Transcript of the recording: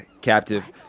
captive